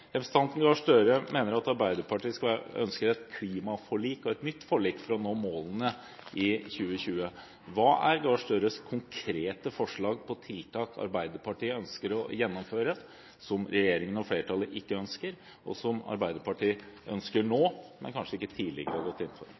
Representanten Gahr Støre sier at Arbeiderpartiet ønsker et klimaforlik og et nytt forlik for å nå målene i 2020. Hva er Gahr Støres konkrete forslag til tiltak Arbeiderpartiet ønsker å gjennomføre, som regjeringen og flertallet ikke ønsker, og som Arbeiderpartiet ønsker nå, men kanskje ikke har gått inn for